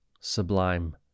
sublime